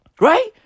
Right